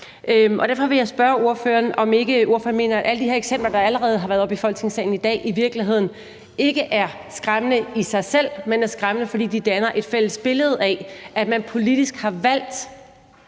Derfor vil jeg spørge ordføreren, om ikke ordføreren mener, at alle de her eksempler, der allerede har været oppe i Folketingssalen i dag, i virkeligheden ikke er skræmmende i sig selv, men er skræmmende, fordi de danner et samlet billede af, at man politisk har valgt,